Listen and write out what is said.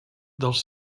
dels